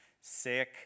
sick